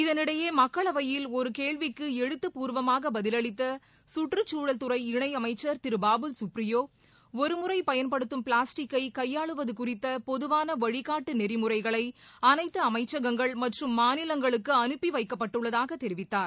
இதனிடையே மக்களவையில் ஒரு கேள்விக்கு எழுத்துப்பூர்வமாக பதில் அளித்த கற்றுச்சூழல் துறை இணையமைச்சர் திரு பபுல் கப்ரியோ ஒரு முறை பயன்படுத்தும் பிளாடிக்கை கையாளுவது குறித்த பொதுவாள வழி காட்டு நெறிமுறைகளை அனைத்து அமைச்சகங்கள் மற்றும் மாநிலங்களுக்கு அனுப்பி வைக்கப்பட்டுள்ளதாக தெரிவித்தார்